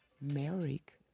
Merrick